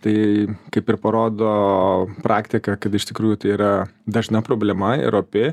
tai kaip ir parodo praktika kad iš tikrųjų tai yra dažna problema ir opi